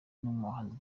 n’umuhanzi